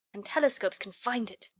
and telescopes can find it.